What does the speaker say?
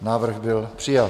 Návrh byl přijat.